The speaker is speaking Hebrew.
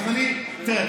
תראה,